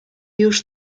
już